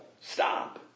Stop